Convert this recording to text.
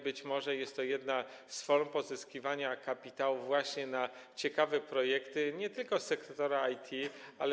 Być może jest to jedna z form pozyskiwania kapitału właśnie na ciekawe projekty, ale nie tylko z sektora IT.